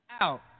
out